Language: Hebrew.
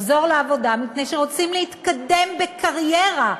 לחזור לעבודה מפני שרוצים להתקדם בקריירה,